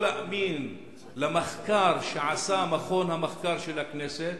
או להאמין למחקר שעשה מכון המחקר של הכנסת,